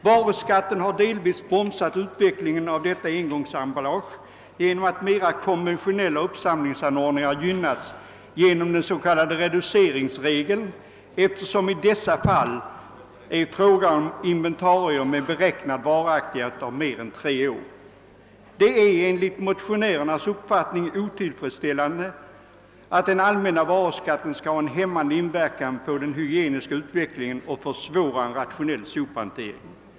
Varuskatten har delvis bromsat utnyttjandet av detta engångsemballage i det att mera konventionella uppsamlingsanordningar gynnats genom den s.k. reduceringsregeln, eftersom det i dessa fall är fråga om inventarier med beräknad varaktighet av mer än tre år. Det är enligt motionärernas uppfattning otillfredsställande att den allmänna varuskatten skall ha en hämmande inverkan på den hygieniska utvecklingen och försvåra en rationell sophämtning.